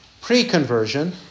pre-conversion